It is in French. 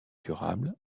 durable